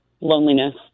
loneliness